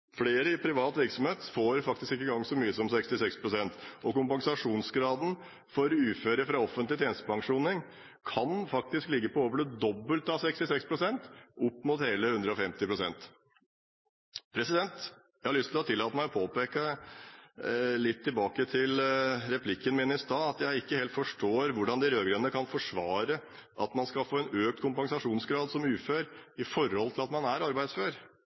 Flere i privat virksomhet får faktisk ikke engang så mye som 66 pst. Kompensasjonsgraden for uføre fra offentlig tjenestepensjonsordning kan faktisk ligge på over det dobbelte av 66 pst., opp mot hele 150 pst. Jeg har lyst til å tillate meg å påpeke – litt tilbake til replikken min i stad – at jeg ikke helt forstår hvordan de rød-grønne kan forsvare at man skal få en økt kompensasjonsgrad som ufør i forhold til at man er arbeidsfør.